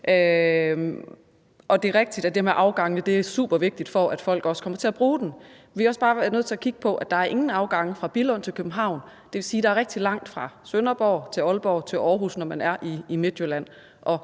Det er rigtigt, at det med afgangene er supervigtigt, for at folk også kommer til at bruge den. Vi er også bare nødt til at kigge på, at der ingen afgange er fra Billund til København. Det vil sige, at der er rigtig langt til Sønderborg, til Aalborg, til Aarhus, når man er i Midtjylland,